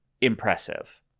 impressive